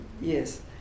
yes